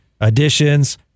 additions